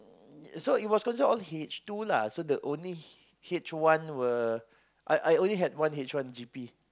so it was considered all H two lah so the only H one were I only had one H one G_P